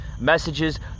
Messages